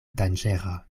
danĝera